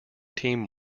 team